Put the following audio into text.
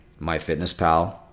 MyFitnessPal